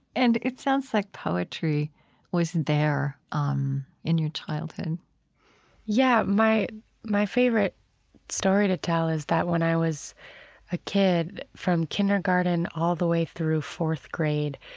and it sounds like poetry was there um in your childhood yeah. my my favorite story to tell is that when i was a kid from kindergarten all the way through fourth grade,